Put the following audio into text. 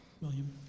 William